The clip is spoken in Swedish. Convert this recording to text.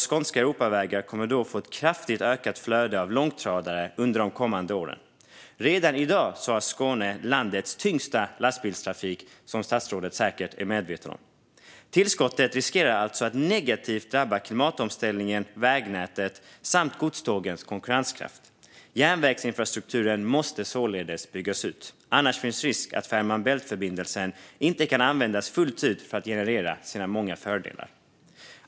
Skånska europavägar kommer då att få ett kraftigt ökat flöde av långtradare under de kommande åren. Redan i dag har Skåne landets tyngsta lastbilstrafik, vilket statsrådet säkert är medveten om. Tillskottet riskerar att drabba klimatomställningen, vägnätet samt godstågens konkurrenskraft. Järnvägsinfrastrukturen måste således byggas ut. Annars finns risk att Fehmarn Bält-förbindelsen inte kan användas fullt ut för att generera sina många fördelar.